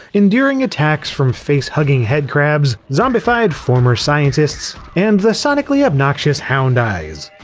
enduring attacks from face-hugging headcrabs, zombified former scientists, and the sonically obnoxious houndeyes.